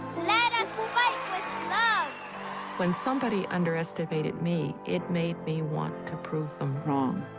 let us fight love when somebody underestimated me, it made me want to prove them wrong